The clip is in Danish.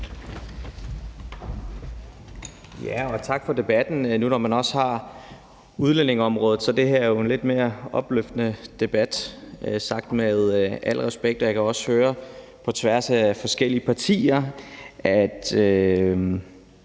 Tak for debatten. Når man også har udlændingeområdet, er det her jo en lidt mere opløftende debat, sagt med al respekt. Jeg kan også høre på tværs af forskellige partier, at